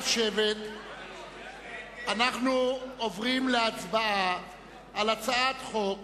אנחנו עוברים להצבעה על הצעת חוק